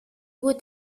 would